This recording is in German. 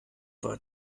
war